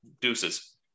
deuces